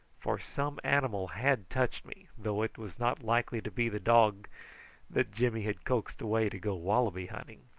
for some animal had touched me, though it was not likely to be the dog that jimmy had coaxed away to go wallaby hunting.